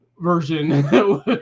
version